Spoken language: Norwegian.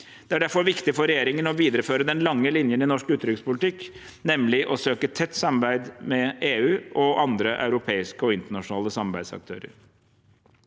Det er derfor viktig for regjeringen å videreføre den lange linjen i norsk utenrikspolitikk, nemlig å søke tett samarbeid med EU og andre europeiske og internasjonale samarbeidsaktører.